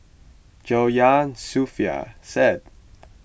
Joyah Sofea Said